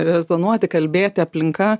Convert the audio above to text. rezonuoti kalbėti aplinka